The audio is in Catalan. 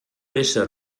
ésser